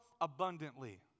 abundantly